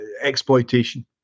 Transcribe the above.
exploitation